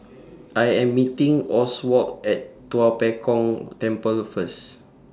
I Am meeting Oswald At Tua Pek Kong Temple First